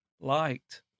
liked